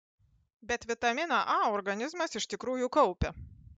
bet vitaminą a organizmas iš tikrųjų kaupia